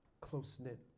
close-knit